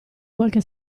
qualche